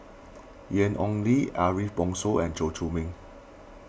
Ian Ong Li Ariff Bongso and Chew Chor Meng